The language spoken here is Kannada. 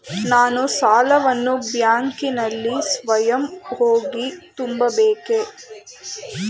ನಾನು ಸಾಲವನ್ನು ಬ್ಯಾಂಕಿನಲ್ಲಿ ಸ್ವತಃ ಹೋಗಿ ತುಂಬಬೇಕೇ?